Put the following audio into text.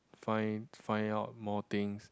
find find out more things